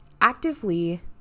actively